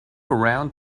around